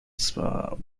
spa